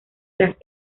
las